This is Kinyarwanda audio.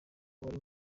yabaga